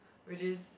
which is